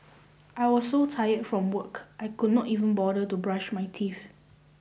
I was so tired from work I could not even bother to brush my teeth